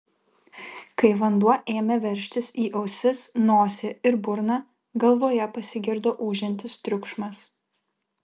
kai vanduo ėmė veržtis į ausis nosį ir burną galvoje pasigirdo ūžiantis triukšmas